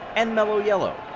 and mellow yellow.